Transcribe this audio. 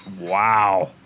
wow